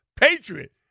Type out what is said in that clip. patriot